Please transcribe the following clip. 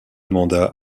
mandat